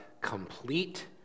complete